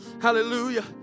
Hallelujah